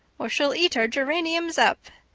or she'll eat our geraniums up,